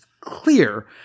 clear